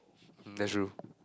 mm that's true